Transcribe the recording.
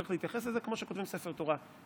צריך להתייחס לזה כמו שכותבים ספר תורה,